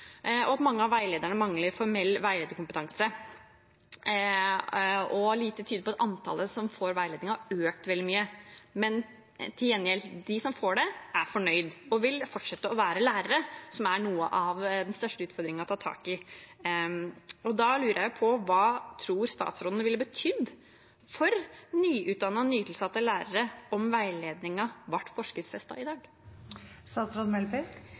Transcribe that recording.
mange av veilederne mangler formell veilederkompetanse, og lite tyder på at antallet som får veiledning, har økt veldig mye. Til gjengjeld er de som får det, fornøyd og vil fortsette å være lærere, som er noe av den største utfordringen å ta tak i. Da lurer jeg på: Hva tror statsråden det ville betydd for nyutdannede, nytilsatte lærere om veiledningen ble forskriftsfestet i